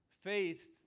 faith